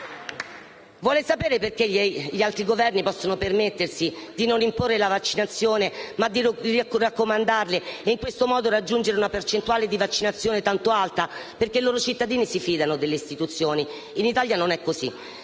Vuole sapere perché gli altri Governi possono permettersi di non imporre le vaccinazioni, ma di raccomandarle e, in questo modo, raggiungere una percentuale di vaccinazioni tanto alta? Perché i loro cittadini si fidano delle istituzioni. In Italia non è così.